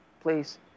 please